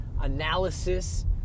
analysis